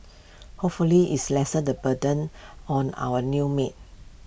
hopefully it's lessen the burden on our new maid